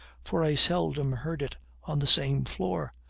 for i seldom heard it on the same floor,